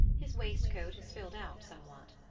his waistcoat has filled out somewhat.